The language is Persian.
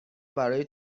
برای